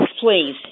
Please